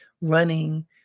running